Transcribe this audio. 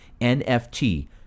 nft